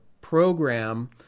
program